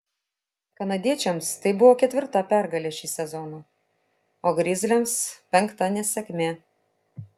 kanadiečiams tai buvo ketvirta pergalė šį sezoną o grizliams penkta nesėkmė